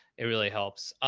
it really helps,